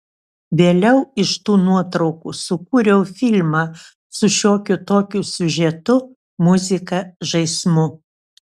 vėliau iš tų nuotraukų sukūriau filmą su šiokiu tokiu siužetu muzika žaismu